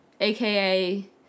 AKA